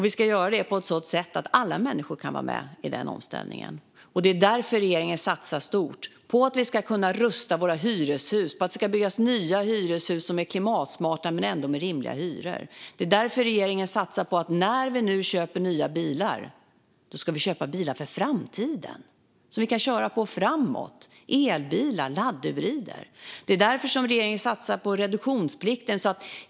Vi ska göra det på ett sådant sätt att alla människor kan vara med i den omställningen. Det är därför regeringen satsar stort på att vi ska kunna rusta våra hyreshus och på att det ska byggas nya hyreshus som är klimatsmarta men ändå har rimliga hyror. Det är därför regeringen satsar på att när vi nu köper nya bilar ska vi köpa bilar för framtiden som vi kan köra med framöver, elbilar och laddhybrider. Det är därför regeringen satsar på reduktionsplikten.